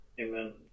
Amen